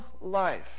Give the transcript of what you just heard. life